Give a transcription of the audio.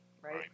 Right